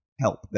help